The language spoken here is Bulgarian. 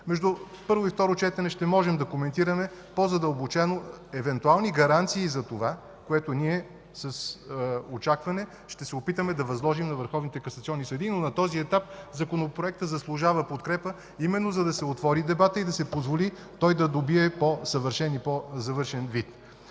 Между първо и второ четене ще можем да коментираме по-задълбочено евентуални гаранции за това, което ще се опитаме да възложим на върховните касационни съдии с очакване. На този етап Законопроектът заслужава подкрепа именно за да се отвори дебатът и да се позволи той да добие по-съвършен и по-завършен вид.